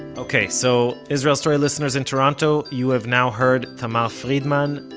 ok, so israel story listeners in toronto you have now heard tamar friedman.